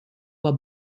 were